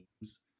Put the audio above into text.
teams